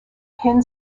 pin